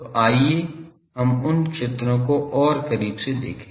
तो आइए हम उन क्षेत्रों को और करीब से देखें